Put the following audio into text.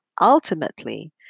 ultimately